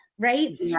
Right